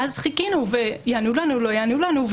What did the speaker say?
ואז חיכינו, יענו לנו, לא יענו לנו.